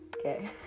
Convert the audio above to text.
Okay